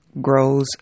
grows